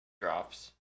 drops